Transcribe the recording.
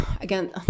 again